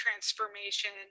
transformation